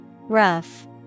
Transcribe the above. Rough